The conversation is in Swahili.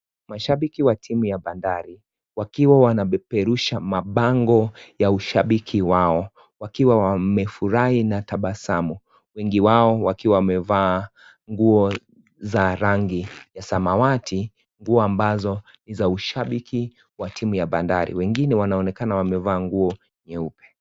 Mashabiki wa timu ya Bandari wakiwa wanapeperusha mabango ya ushabiki wao wakiwa wamefurahi na tabasamu. Wengi wao wakiwa wamevaa nguo za rangi ya samawati ambazo za ushabiki wa timu ya bandari wengine wanaonekana waevaa nguo nyeupe.